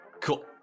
Cool